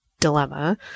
dilemma